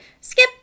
skip